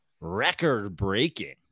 record-breaking